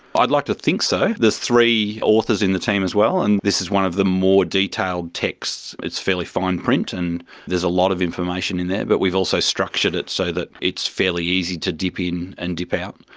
i'd like to think so. there's three authors in the team as well, and this is one of the more detailed texts, it's fairly fine print and there's a lot of information in there, but we've also structured it so that it's fairly easy to dip in and tip out.